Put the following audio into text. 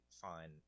fine